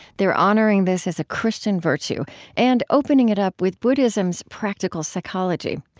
they're honoring this as a christian virtue and opening it up with buddhism's practical psychology.